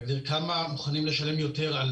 להגדיר כמה מוכנים לשלם יותר על